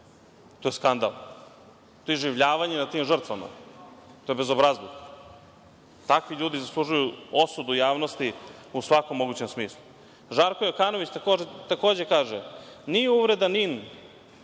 To je skandal, to je iživljavanje nad tim žrtvama. To je bezobrazluk. Takvi ljudi zaslužuju osudu javnosti u svakom mogućem smislu. Žarko Jokanović takođe kaže – nije uvreda „NIN“